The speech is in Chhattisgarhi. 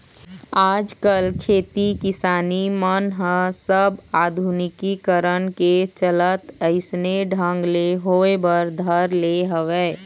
आजकल खेती किसानी मन ह सब आधुनिकीकरन के चलत अइसने ढंग ले होय बर धर ले हवय